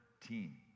team